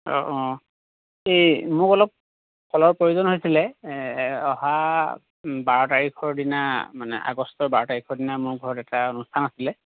অঁ এই মোক অলপ ফলৰ প্ৰয়োজন হৈছিলে অহা বাৰ তাৰিখৰ দিনা মানে আগষ্টৰ বাৰ তাৰিখৰ দিনা মোৰ ঘৰত এটা অনুষ্ঠান আছিলে